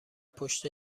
پشت